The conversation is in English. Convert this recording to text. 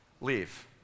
leave